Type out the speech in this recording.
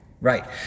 Right